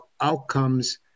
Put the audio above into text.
outcomes